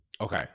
Okay